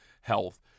health